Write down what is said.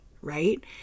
Right